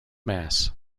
mass